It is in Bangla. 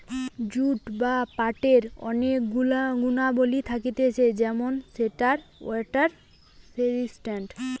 জুট বা পাটের অনেক গুণাবলী থাকতিছে যেমন সেটা ওয়াটার রেসিস্টেন্ট